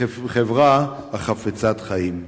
חברה חפצת חיים.